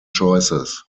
choices